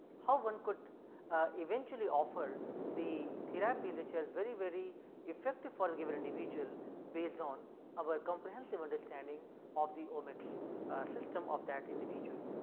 how one could eventually offer the therapy which are very very effective for a given individual based on our comprehensive understanding of the omics system of that individual.